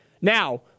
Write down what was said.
Now